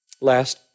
Last